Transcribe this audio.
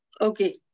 Okay